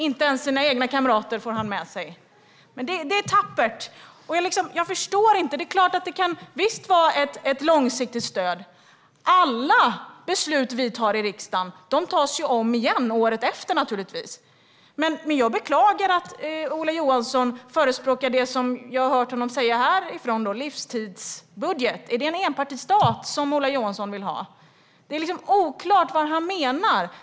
Inte ens sina egna kamrater får han med sig, men det är tappert. Jag förstår inte. Det är klart att det kan vara ett långsiktigt stöd. Alla beslut vi fattar i riksdagen tas ju om året efter. Jag beklagar att Ola Johansson förespråkar det som jag har hört honom säga här: livstidsbudget. Är det en enpartistat Ola Johansson vill ha? Det är oklart vad han menar.